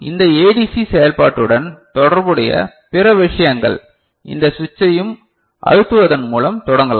இந்த ஏடிசி செயல்பாட்டுடன் தொடர்புடைய பிற விஷயங்கள் இந்த சுவிட்சையும் அழுத்துவதன் மூலம் தொடங்கலாம்